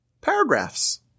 paragraphs